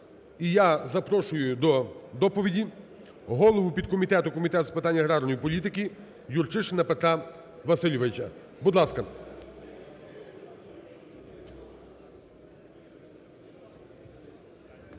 І я запрошую до доповіді голову підкомітету Комітету з питань аграрної політики Юрчишина Петра Васильовича, будь ласка.